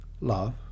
love